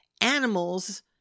animals